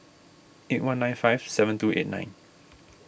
eight one nine five seven two eight nine